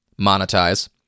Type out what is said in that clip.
monetize